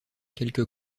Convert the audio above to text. quelque